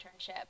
internship